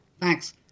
thanks